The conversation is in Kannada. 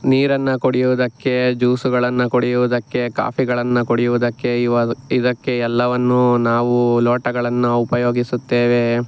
ನೀರನ್ನು ಕುಡಿಯುವುದಕ್ಕೆ ಜ್ಯೂಸುಗಳನ್ನು ಕುಡಿಯುವುದಕ್ಕೆ ಕಾಫಿಗಳನ್ನು ಕುಡಿಯುವುದಕ್ಕೆ ಇವೆ ಇದಕ್ಕೆ ಎಲ್ಲವನ್ನು ನಾವು ಲೋಟಗಳನ್ನು ಉಪಯೋಗಿಸುತ್ತೇವೆ